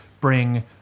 bring